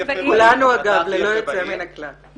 כולנו, ללא יוצא מן הכלל.